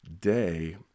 day